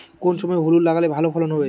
কোন সময় হলুদ লাগালে ভালো ফলন হবে?